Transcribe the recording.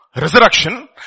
resurrection